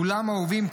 כולם אהובים,